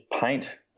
paint